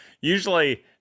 usually